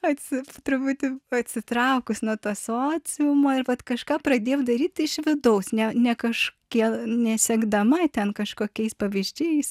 truputį atsitraukus nuo to sociumo ir vat kažką pradėjau daryt iš vidaus ne ne kažkiek nesekdama ten kažkokiais pavyzdžiais